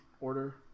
order